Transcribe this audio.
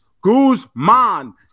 Guzman